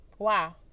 Wow